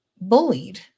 bullied